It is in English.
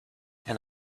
and